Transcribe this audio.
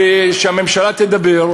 שהממשלה תדבר ביחד.